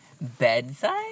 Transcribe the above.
Bedside